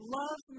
love